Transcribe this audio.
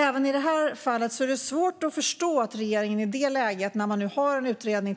Även i det fallet är det svårt att förstå att regeringen i det läget när man har tillsatt en utredning